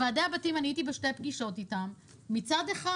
הייתי בשתי פגישות עם ועדי הבתים,